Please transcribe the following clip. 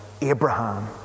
Abraham